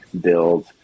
build